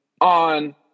on